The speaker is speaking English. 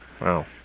Wow